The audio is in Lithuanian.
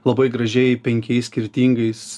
labai gražiai penkiais skirtingais